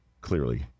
Clearly